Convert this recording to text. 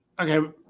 Okay